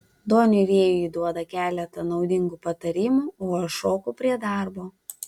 doniui rėjui ji duoda keletą naudingų patarimų o aš šoku prie darbo